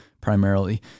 primarily